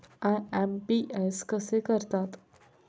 IMPS कसे करतात?